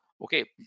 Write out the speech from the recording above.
okay